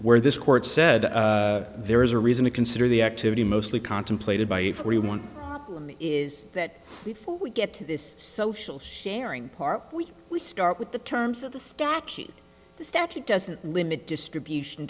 where this court said there is a reason to consider the activity mostly contemplated by everyone is that before we get to this social sharing part we we start with the terms of the statute the statute doesn't limit distribution